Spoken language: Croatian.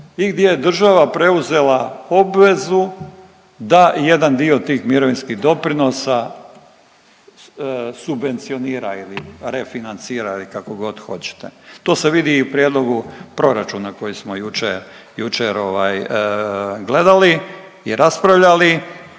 i gdje je država preuzela obvezu da jedan dio tih mirovinskih doprinosa subvencionira ili refinancira ili kako god hoćete. To se vidi i u prijedlogu proračuna koji smo jučer gledali i raspravljali.